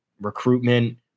recruitment